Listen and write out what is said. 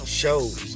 shows